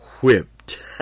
whipped